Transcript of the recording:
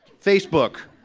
facebook,